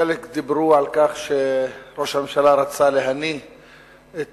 חלק דיברו על כך שראש הממשלה רצה להניא את